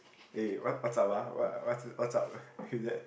eh what what's up ah what what's what's up with that